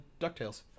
DuckTales